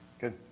Good